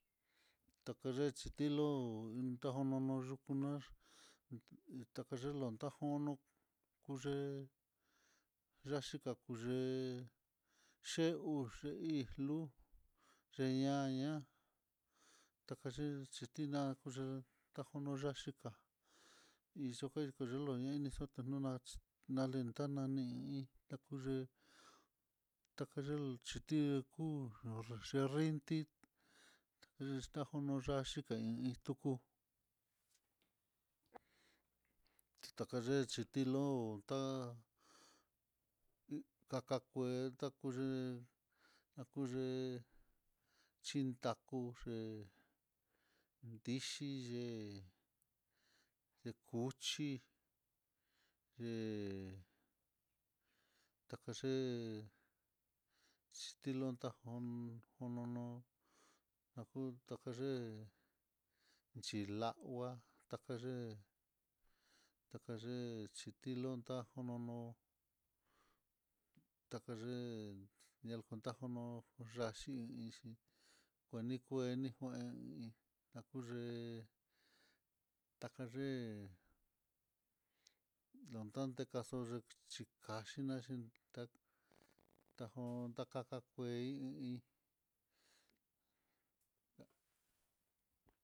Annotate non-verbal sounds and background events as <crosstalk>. Tokoyachí ti'ló, ku iin tonono yukunax itakayelon tájuno kuye'e´yaxhika kuyé'e, x <hesitation> u x <hesitation> í lú x <hesitation> ña takaye yetiná tanguyel tajuno ya'á xhiká ikuyui kuyuluñai iin xhotonax natitena nani, kuye takayel xhiti naku nonoc <hesitation> n tí extaju no yaxhi tikain iin extuku, takac <hesitation> tilo'ó tá takakue takuyil, nakuye xhindakuc <hesitation> dixhiye ekuchí <hesitation> kaye xhitilontá jón jono naku jatayé xhilagua takaye, takaye xhitilontá onono takayé ñajuntajonó ya'á xhi ixhí ngueno ngueni nguein nakuyé takayé lantande kaxú yexhikaxe, nanxhi tá'a tajon takaka kueí.